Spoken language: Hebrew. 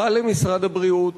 רע למשרד הבריאות,